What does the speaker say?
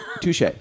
touche